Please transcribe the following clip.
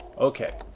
okay,